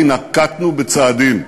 כי נקטנו צעדים.